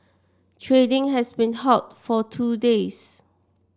trading had been halted for two days